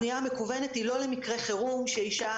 הפנייה המקוונת היא לא למקרה חירום שאישה